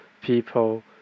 people